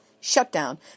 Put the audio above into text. shutdown